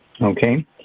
okay